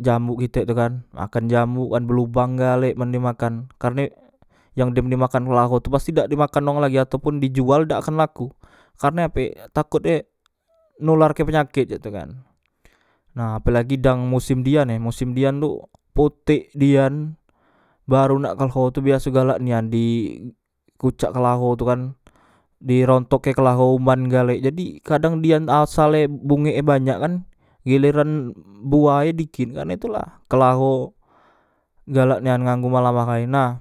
jambuk kitek tu kan makan jambuk kan belubang galek men e makan karne men yang dem dimakan klaho tu pasti dak dimakan wong lagi ataupun di jual dak kan laku karne ape takot e nularke penyaket cak tu kan nah apelagi dang mosem dian e mosem dian tu potek dian baru nak kleho tu biaso galak nian di kucak klaho tu kan di rontok e klaho umban galek jadi kadang dian asale bungeke banyak kan geleran buahe dikit karne itulah klaho galak nian nganggu malam ahay nah